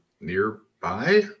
nearby